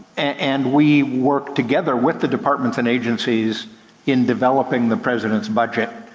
and we work together with the departments and agencies in developing the president's budget